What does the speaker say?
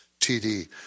TD